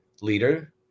leader